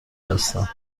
هستم